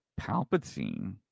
Palpatine